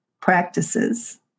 practices